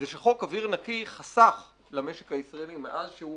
זה שחוק אוויר נקי חסך למשק הישראלי מאז שהוא